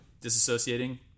disassociating